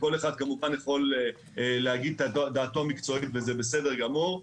וכל אחד כמובן יכול להגיד את דעתו המקצועית וזה בסדר גמור.